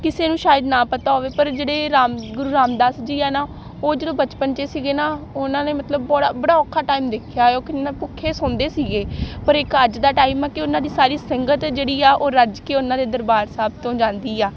ਕਿਸੇ ਨੂੰ ਸ਼ਾਇਦ ਨਾ ਪਤਾ ਹੋਵੇ ਪਰ ਜਿਹੜੇ ਰਾਮ ਗੁਰੂ ਰਾਮਦਾਸ ਜੀ ਆ ਨਾ ਉਹ ਜਦੋਂ ਬਚਪਨ 'ਚ ਸੀਗੇ ਨਾ ਉਹਨਾਂ ਨੇ ਮਤਲਬ ਬੜਾ ਬੜਾ ਔਖਾ ਟਾਈਮ ਦੇਖਿਆ ਹੈ ਉਹ ਕਿੰਨਾਂ ਭੁੱਖੇ ਸੌਂਦੇ ਸੀਗੇ ਪਰ ਇੱਕ ਅੱਜ ਦਾ ਟਾਈਮ ਆ ਕਿ ਉਹਨਾਂ ਦੀ ਸਾਰੀ ਸੰਗਤ ਜਿਹੜੀ ਆ ਉਹ ਰੱਜ ਕੇ ਉਹਨਾਂ ਦੇ ਦਰਬਾਰ ਸਾਹਿਬ ਤੋਂ ਜਾਂਦੀ ਆ